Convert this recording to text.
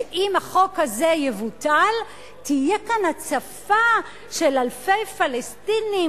שאם החוק הזה יבוטל תהיה כאן הצפה של אלפי פלסטינים,